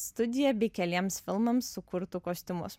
studiją bei keliems filmams sukurtų kostiumus